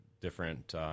different